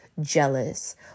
jealous